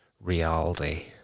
reality